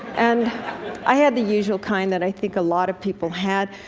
and i had the usual kind that i think a lot of people had,